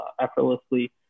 effortlessly